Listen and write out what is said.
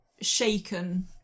shaken